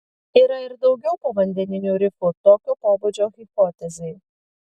yra ir daugiau povandeninių rifų tokio pobūdžio hipotezei